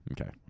Okay